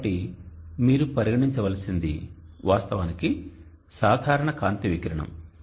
కాబట్టి మీరు పరిగణించవలసినది వాస్తవానికి సాధారణ కాంతి వికిరణం